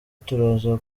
turaza